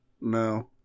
No